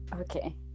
Okay